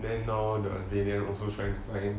then now the valen also trying to find